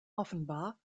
offenbar